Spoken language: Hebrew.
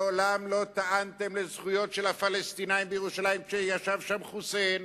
מעולם לא טענתם לזכויות של הפלסטינים בירושלים כשישב בה חוסיין